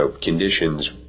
conditions